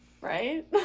Right